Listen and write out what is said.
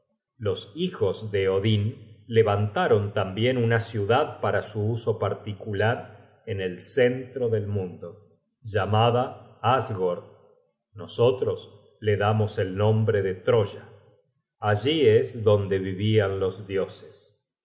los hijos de odin levantaron tambien una ciudad para su uso particular en el centro del mundo llamada asgord nosotros la damos el nombre de troya allí es donde vivian los dioses